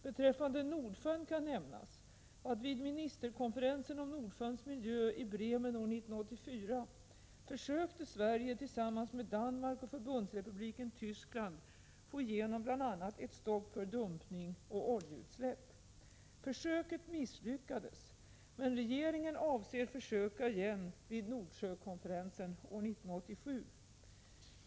Beträffande Nordsjön kan nämnas att vid ministerkonferensen om Nordsjöns miljö i Bremen år 1984 försökte Sverige tillsammans med Danmark och Förbundsrepubliken Tyskland få igenom bl.a. ett stopp för dumpning och oljeutsläpp. Försöket misslyckades, men regeringen avser försöka igen vid Nordsjökonferensen år 1987.